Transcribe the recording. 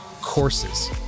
courses